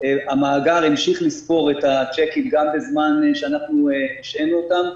המאגר ימשיך לספור את הצ'קים גם בזמן שאנחנו השהינו אותם,